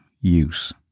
use